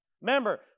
Remember